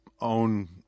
own